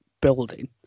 building